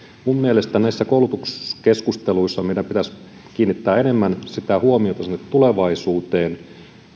minun mielestäni näissä koulutuskeskusteluissa meidän pitäisi kiinnittää enemmän huomiota sinne tulevaisuuteen